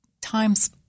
times